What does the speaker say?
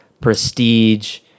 prestige